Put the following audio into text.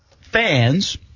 fans